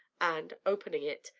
and, opening it,